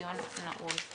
הישיבה נעולה.